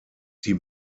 die